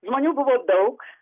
žmonių buvo daug